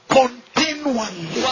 continually